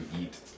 eat